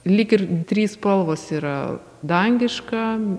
lyg ir trys spalvos yra dangiška